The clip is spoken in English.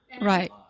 Right